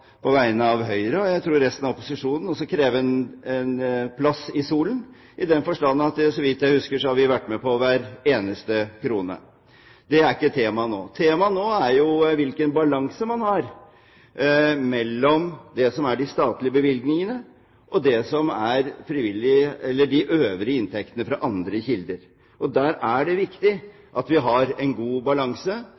en plass i solen, i den forstand at så vidt jeg husker, har vi vært med på hver eneste krone. Det er ikke temaet nå. Temaet nå er hvilken balanse man har mellom det som er de statlige bevilgningene, og det som er de øvrige inntektene, fra andre kilder. Det er viktig at vi har en god balanse for å opprettholde den frivillige sektors integritet over tid. I merknadene er